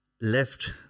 left